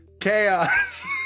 chaos